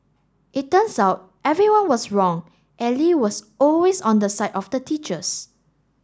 it turns out everyone was wrong and Lee was always on the side of the teachers